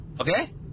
okay